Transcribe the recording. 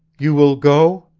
you will go?